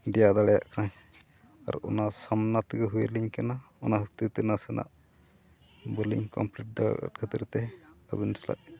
ᱫᱮᱭᱟ ᱫᱟᱲᱮᱭᱟᱜ ᱠᱟᱹᱱᱟᱹᱧ ᱟᱨ ᱚᱱᱟ ᱥᱟᱢᱱᱟ ᱛᱮᱜᱮ ᱦᱩᱭᱟᱞᱤᱧ ᱠᱟᱱᱟ ᱚᱱᱟ ᱦᱚᱛᱮᱛᱮ ᱱᱟᱥᱮᱱᱟᱜ ᱵᱟᱹᱞᱤᱧ ᱠᱚᱢᱯᱞᱤᱴ ᱫᱟᱲᱮᱭᱟᱜ ᱠᱷᱟᱹᱛᱤᱨᱼᱛᱮ ᱟᱹᱵᱤᱱ ᱥᱟᱞᱟᱜ